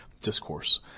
discourse